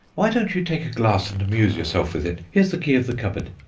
why don't you take a glass and amuse yourself with it? here's the key of the cupboard.